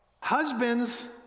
husbands